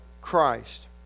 Christ